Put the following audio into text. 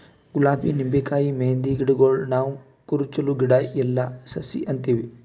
ಗುಲಾಬಿ ನಿಂಬಿಕಾಯಿ ಮೆಹಂದಿ ಗಿಡಗೂಳಿಗ್ ನಾವ್ ಕುರುಚಲ್ ಗಿಡಾ ಇಲ್ಲಾ ಸಸಿ ಅಂತೀವಿ